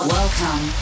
Welcome